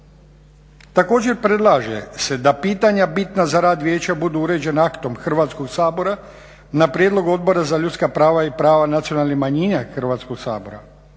Također predlaže se da pitanja bitna za rad Vijeća budu uređena aktom Hrvatskog sabora na prijedlog Odbora za ljudska prava i prava nacionalnih manjina Hrvatskog sabora.